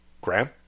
Graham